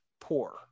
poor